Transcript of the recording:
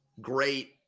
great